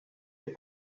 est